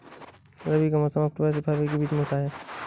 रबी का मौसम अक्टूबर से फरवरी के बीच में होता है